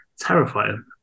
terrifying